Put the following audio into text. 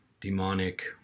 demonic